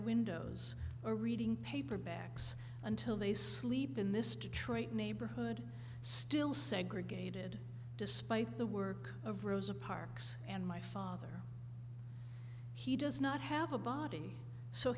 windows or reading paperbacks until they sleep in this detroit neighborhood still segregated despite the work of rosa parks and my father he does not have a body so